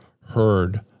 heard